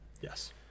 Yes